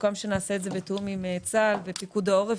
סוכם שנעשה את זה בתיאום עם צה"ל ופיקוד העורף.